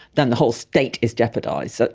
then the whole state is jeopardised. so